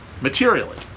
materially